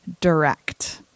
direct